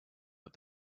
out